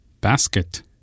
Basket